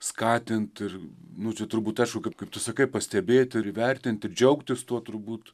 skatint ir nu čia turbūt aišku kad kaip tu sakai pastebėti ir įvertinti ir džiaugtis tuo turbūt